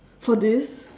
for this